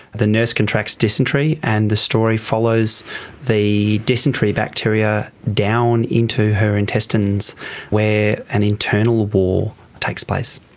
the nurse contracts dysentery and the story follows the dysentery bacteria down into her intestines where an internal war takes place.